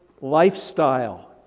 lifestyle